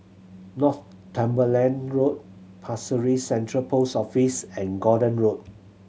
Northumberland Road Pasir Ris Central Post Office and Gordon Road